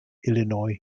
illinois